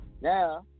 Now